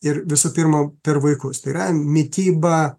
ir visų pirma per vaikus tai yra mitybą